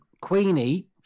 Queenie